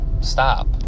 stop